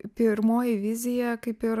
pirmoji vizija kaip ir